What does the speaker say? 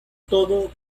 todo